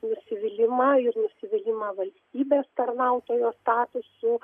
nusivylimą ir nusivylimą valstybės tarnautojo statusu